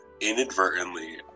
inadvertently